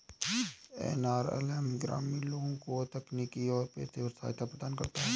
NRLM ग्रामीण लोगों को तकनीकी और पेशेवर सहायता प्रदान करता है